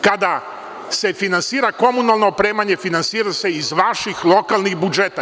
Kada se finansira komunalno opremanje, finansira se iz vaših lokalnih budžeta.